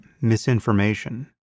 misinformation